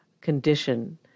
condition